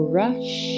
rush